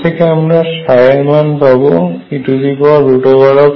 এর থেকে আমরা এরমান পাব e2E2mR2